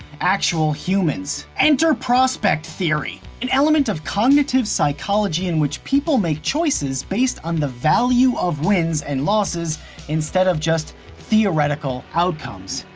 actual humans. enter prospect theory. an element of cognitive psychology in which people make choices based on the value of wins and losses instead of just theoretical outcomes.